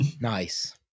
Nice